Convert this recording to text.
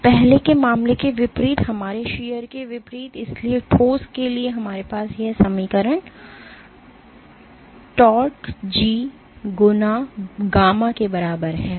तो पहले के मामले के विपरीत हमारे शीयर के विपरीत इसलिए ठोस के लिए हमारे पास यह समीकरण tau G गुना गामा के बराबर है